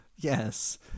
Yes